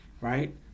right